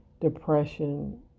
depression